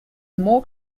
more